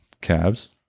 Cabs